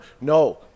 no